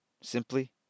Simply